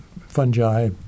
fungi